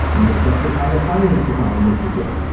and the structure of how the finance department works is different.